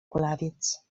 kulawiec